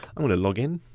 i'm gonna log in.